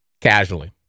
Casually